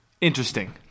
interesting